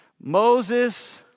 Moses